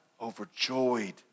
Overjoyed